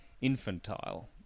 infantile